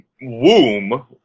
womb